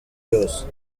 yose